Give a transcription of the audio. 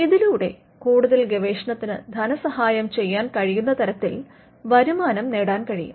ഇതിലൂടെ കൂടുതൽ ഗവേഷണത്തിന് ധനസഹായം ചെയ്യാൻ കഴിയുന്ന തരത്തിൽ വരുമാനം നേടാൻ കഴിയും